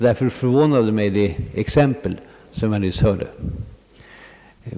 Därför förvånar mig det exempel som jag nyss hörde.